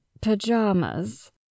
pajamas